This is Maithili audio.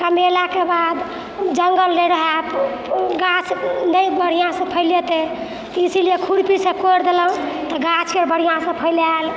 कमेलाके बाद जङ्गल नहि रहै गाछ नहि बढ़िआँसँ फैलतै तऽ इसीलिए खुरपीसँ कोड़ि देलहुँ तऽ गाछके बढ़िआँसँ फैलाएल